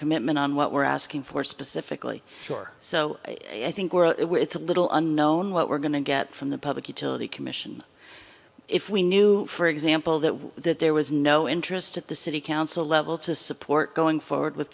commitment on what we're asking for specifically for so i think it's a little unknown what we're going to get from the public utility commission if we knew for example that that there was no interest at the city council level to support going forward with